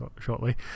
shortly